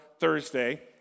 Thursday